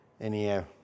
Anyhow